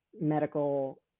medical